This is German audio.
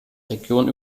region